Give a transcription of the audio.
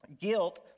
guilt